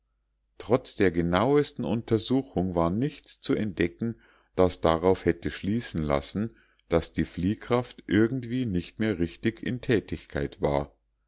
trotz der genauesten untersuchung war nichts zu entdecken das darauf hätte schließen lassen daß die fliehkraft irgendwie nicht mehr richtig in tätigkeit war